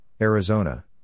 Arizona